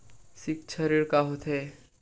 सिक्छा ऋण का होथे?